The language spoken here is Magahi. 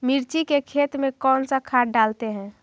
मिर्ची के खेत में कौन सा खाद डालते हैं?